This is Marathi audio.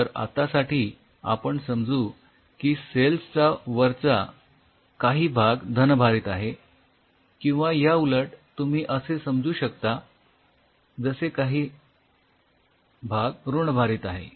तर आतासाठी आपण समजू की सेल्स वरचा काही भाग धनभारित आहे किंवा याउलट तुम्ही समजू शकता जसे की काही भाग ऋणभारित आहे